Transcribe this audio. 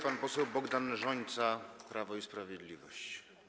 Pan poseł Bogdan Rzońca, Prawo i Sprawiedliwość.